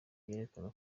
byerekana